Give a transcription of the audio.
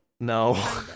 No